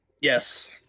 yes